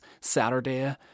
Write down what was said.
Saturday